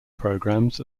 programs